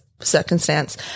circumstance